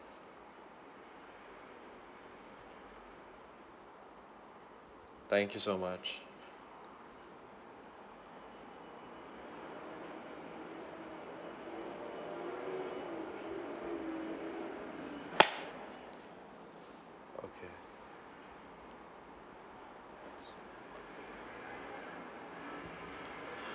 thank you so much okay